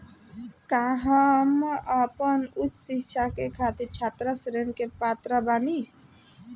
का हम आपन उच्च शिक्षा के खातिर छात्र ऋण के पात्र बानी?